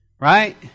Right